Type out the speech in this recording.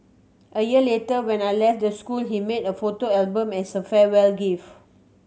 a year later when I left the school he made a photo album as a farewell gift